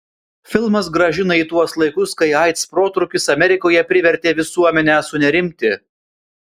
filmas grąžina į tuos laikus kai aids protrūkis amerikoje privertė visuomenę sunerimti